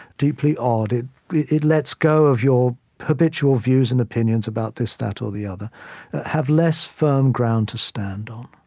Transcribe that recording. deeply odd. it it lets go of your habitual views and opinions about this, that, or the other have less firm ground to stand on